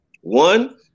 One